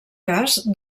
gas